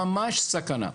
ממש סכנה.